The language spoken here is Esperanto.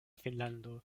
finnlando